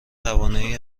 توانایی